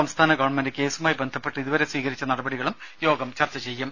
സംസ്ഥാന ഗവൺമെന്റ് കേസുമായി ബന്ധപ്പെട്ട് ഇതുവരെ സ്വീകരിച്ച നടപടികൾ യോഗം ചർച്ച ചെയ്യും